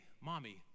mommy